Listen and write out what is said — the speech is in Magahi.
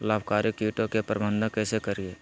लाभकारी कीटों के प्रबंधन कैसे करीये?